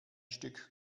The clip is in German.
stück